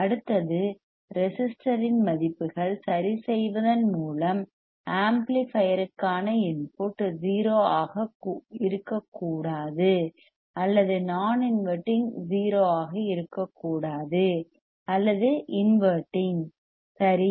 அடுத்தது ரெசிஸ்டர்யின் மதிப்புகள் சரி செய்வதன் மூலம் ஆம்ப்ளிபையர்க்கான இன்புட் 0 ஆக இருக்கக்கூடாது அல்லது நான் இன்வெர்ட்டிங் 0 ஆக இருக்கக்கூடாது அல்லது இன்வெர்ட்டிங் சரி